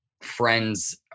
friends